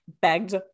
begged